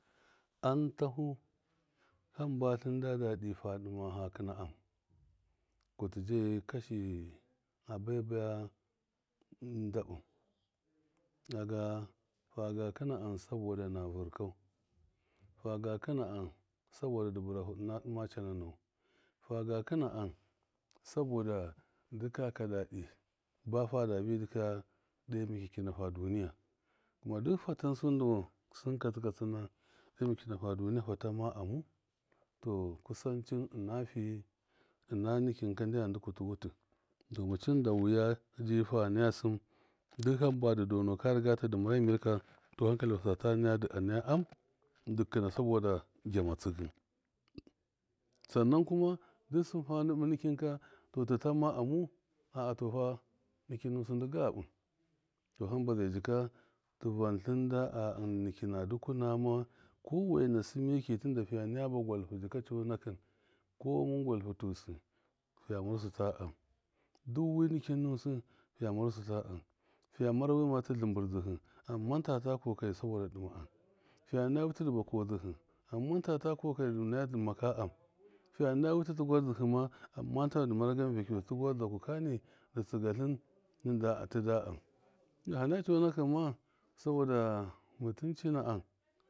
Amtahu hamba tlinde dedi fadimau faa kɨna am kutii jɔyu kasha a bai baya ndabu kaga faga kɨna. Am sabɔda na vurkau saga kɨna am sabɔda ndi burahu ufa ndima cana nɔnɔ faga kɨna am sabɔda njika yaka dadɨ bɔfa dabɨ ndikaya dɔ makya kina fa duniya kuma du fatan sudi sɨn katsikatsina dɔ makgaki nahu a duniya fatan ma amu tɔ kusaci ina fii ina nikinka tɔ ndi yank utu wuti damacin dawuya ji fa naya sɨn duk hamba ndi damɔu ka rigata ndi mara mɨr kato hanka liwasu data naya am sabɔda gyama tsigu sɔnan kuma duk sɨn ma hama nikin fatɔ tutamma amu a tɔfa nikɨn nusu gabu tɔ hamba zai sika tivan tlinda a nikin na dukunama kɔwana sɨmaki fiiyanaya ba gwalhu kɔ mun gwalhutusɨ fiiya marasu tɔ am du wi nikin nusɨ fiiya masasɨ ta am fiiya mara wi hi libur dzihu amma tatu kɔkari sabɔda ndi dɨma am fiiya witi ndiboko dzi nɨ amman tutu kɔkari di maka am fiiya naya tigwardzi hi ma amma tɔ dɔna vukiyusi tigwardzakani di tsiga tlin tida am hanaya cɔnakɨn mu sabɔda mutuci na am.